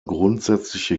grundsätzliche